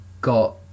got